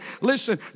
listen